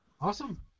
Awesome